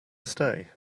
stay